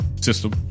system